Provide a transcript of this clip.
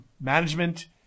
management